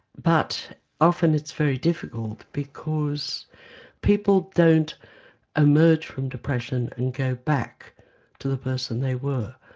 but often it's very difficult because people don't emerge from depression and go back to the person they were.